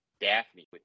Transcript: Daphne